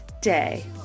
day